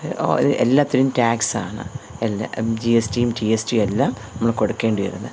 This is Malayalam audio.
എല്ലാത്തിനും ടാക്സാണ് എല്ലാ ജി എസ് ടിയും ടി എസ് ടിയും എല്ലാം നമ്മൾ കൊടുക്കേണ്ടി വരുന്നത്